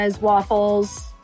waffles